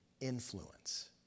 influence